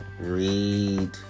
read